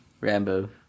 Rambo